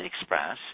express